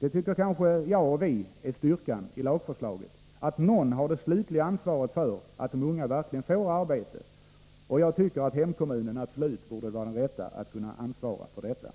Detta tycker vi kanske är styrkan i lagförslaget att någon har det slutliga ansvaret för att de unga verkligen får arbete, och jag tycker att hemkommunen absolut är den lämpliga att ansvara för detta.